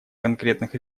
конкретных